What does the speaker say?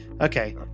Okay